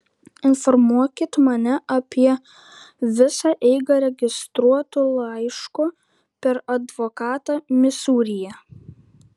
informuokit mane apie visą eigą registruotu laišku per advokatą misūryje